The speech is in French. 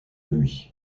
lui